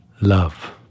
love